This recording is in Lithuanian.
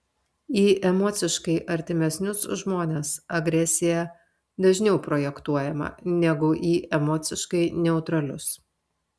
į emociškai artimesnius žmones agresija dažniau projektuojama negu į emociškai neutralius